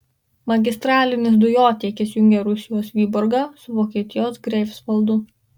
magistralinis dujotiekis jungia rusijos vyborgą su vokietijos greifsvaldu